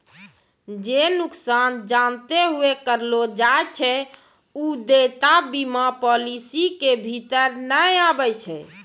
जे नुकसान जानते हुये करलो जाय छै उ देयता बीमा पालिसी के भीतर नै आबै छै